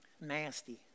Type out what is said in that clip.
nasty